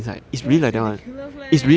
that's ridiculous leh